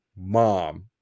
mom